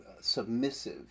submissive